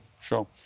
Sure